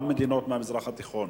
גם מדינות מהמזרח התיכון,